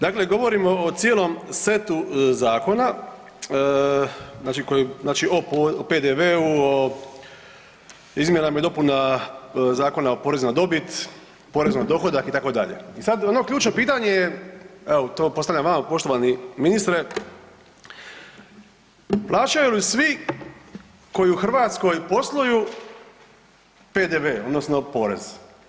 Dakle, govorimo o cijelom setu zakona o PDV-u, o izmjenama i dopunama Zakona o porezu na dobit, porezu na dohodak itd. i sada ono ključno pitanje je evo to postavljam vama poštovani ministre, plaćaju li svi koji u Hrvatskoj posluju PDV odnosno porez?